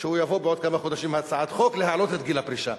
שהוא יבוא בעוד כמה חודשים עם הצעת חוק להעלות את גיל הפרישה.